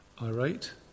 irate